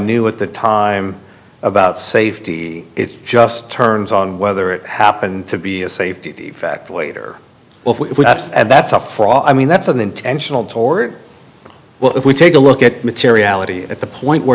knew at the time about safety it just turns on whether it happened to be a safety defect later that's a flaw i mean that's an intentional toward well if we take a look at materiality at the point where